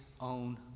own